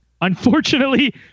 Unfortunately